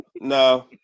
No